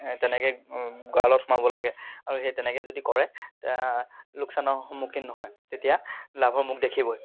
তেনেকৈ গঁৰালত সোমাব লাগে আৰু সেই তেনেকৈ যদি কৰে তে লোকচানৰ সন্মুখীন নহয় তেতিয়া লাভৰ মুখ দেখিবই